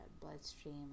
bloodstream